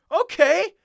Okay